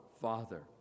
Father